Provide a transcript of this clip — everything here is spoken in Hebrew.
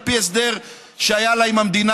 על פי הסדר שהיה לה עם המדינה,